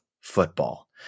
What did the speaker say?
football